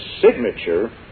signature